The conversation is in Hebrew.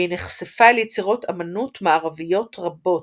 והיא נחשפה אל יצירות אמנות מערביות רבות,